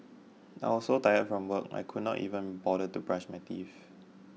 I was so tired from work I could not even bother to brush my teeth